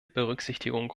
berücksichtigung